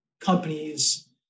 companies